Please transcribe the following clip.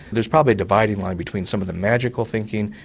there's probably a dividing line between some of the magical thinking,